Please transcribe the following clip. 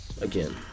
again